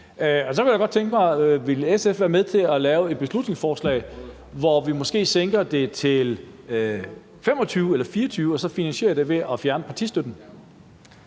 Så kunne jeg godt tænke mig at høre: Vil SF være med til at lave et beslutningsforslag, hvor vi måske sænker det til 25 eller 24 og så finansierer det ved at fjerne partistøtten?